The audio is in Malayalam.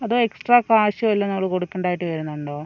അതോ എക്സ്ട്രാ കാശു വല്ലതും നമ്മൾ കൊടുക്കേണ്ടതായിട്ട് വരുന്നുണ്ടോ